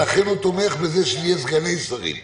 לכן הוא תומך שיהיו סגני שרים.